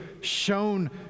shown